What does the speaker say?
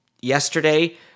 yesterday